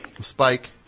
Spike